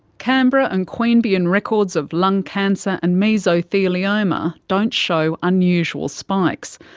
canberra and queanbeyan records of lung cancer and mesothelioma don't show unusual spikes.